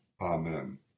Amen